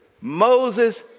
Moses